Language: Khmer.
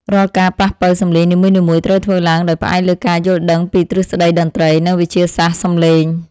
រាល់ការប៉ះប៉ូវសំឡេងនីមួយៗត្រូវធ្វើឡើងដោយផ្អែកលើការយល់ដឹងពីទ្រឹស្តីតន្ត្រី និង វិទ្យាសាស្ត្រសំឡេង។